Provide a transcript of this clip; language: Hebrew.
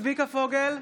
צביקה פוגל,